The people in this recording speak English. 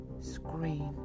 screen